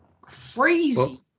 crazy